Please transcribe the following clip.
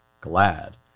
glad